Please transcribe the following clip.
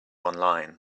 online